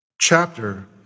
chapter